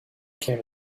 came